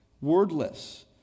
wordless